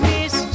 Miss